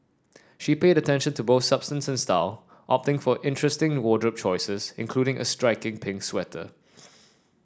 she paid attention to both substance and style opting for interesting wardrobe choices including a striking pink sweater